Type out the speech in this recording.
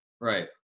Right